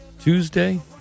Tuesday